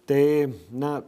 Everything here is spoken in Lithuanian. tai na